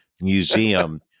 museum